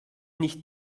nicht